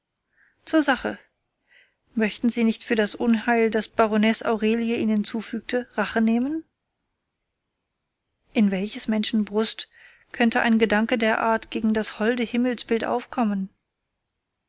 zur sache möchten sie nicht für das unheil das baronesse aurelie ihnen zufügte rache nehmen in welches menschen brust könnte ein gedanke der art gegen das holde himmelsbild aufkommen